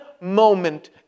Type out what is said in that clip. moment